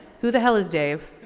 who the hell is dave.